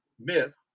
myth